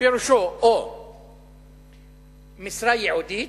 פירושו משרה ייעודית,